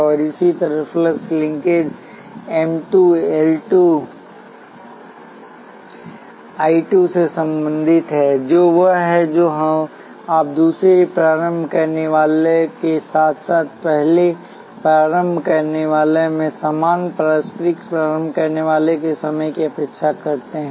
और इसी तरह flux linkage M 2 L 2 I 2 से संबंधित है जो वह है जो आप दूसरे प्रारंभ करने वाला के साथ साथ पहले प्रारंभ करने वाला में समान पारस्परिक प्रारंभ करने वाला के समय की अपेक्षा करते हैं